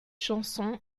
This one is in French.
chanson